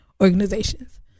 organizations